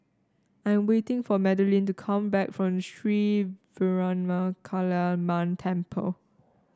I'm waiting for Madelyn to come back from Sri Veeramakaliamman Temple